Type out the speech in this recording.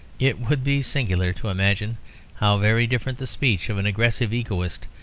it would be singular to imagine how very different the speech of an aggressive egoist,